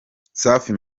safi